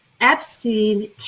Epstein